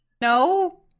No